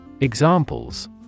Examples